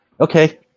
okay